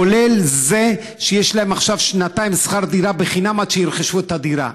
כולל זה שיש להם עכשיו שנתיים שכר דירה בחינם עד שירכשו את הדירה.